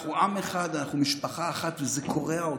אנחנו עם אחד, אנחנו משפחה אחת, וזה קורע אותנו.